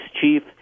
chief